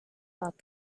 thought